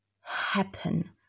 happen